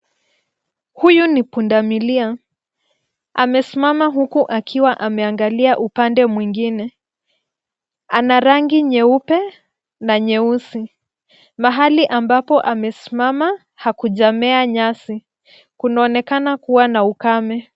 Huyu ni punda milia. Amesimama huku akiwa ameangalia upande mwingine. Ana rangi nyeupe na nyeusi. Mahali ambapo amesimama hakujamea nyasi. Kunaonekana kuwa na ukame.